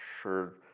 sure